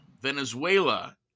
Venezuela